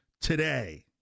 today